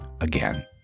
again